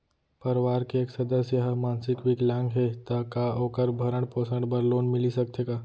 परवार के एक सदस्य हा मानसिक विकलांग हे त का वोकर भरण पोषण बर लोन मिलिस सकथे का?